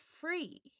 free